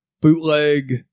bootleg